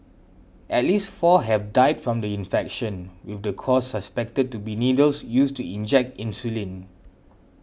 at least four have died from the infection with the cause suspected to be needles used to inject insulin